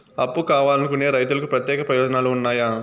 అప్పు కావాలనుకునే రైతులకు ప్రత్యేక ప్రయోజనాలు ఉన్నాయా?